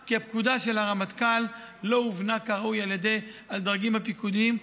כי הפקודה של הרמטכ"ל לא הובנה כראוי על ידי הדרגים הפיקודיים.